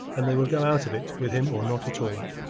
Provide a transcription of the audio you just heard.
and they would go out of it with him or not at all.